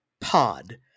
Pod